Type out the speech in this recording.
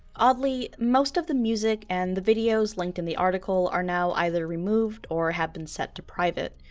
oddly most of the music and the videos linked in the article are now either removed or have been set to private,